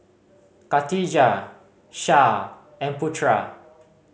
Khatijah Syah and Putera